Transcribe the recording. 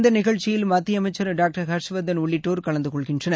இந்த நிகழ்ச்சியில் மத்திய அமைச்சர் டாக்டர் ஹர்ஷ் வர்தன் உள்ளிட்டோர் கலந்து கொள்கின்றனர்